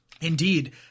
indeed